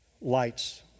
lights